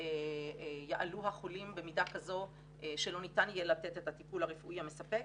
אם יעלו החולים במידה כזו שלא ניתן יהיה לתת את הטיפול הרפואי המספק,